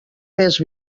més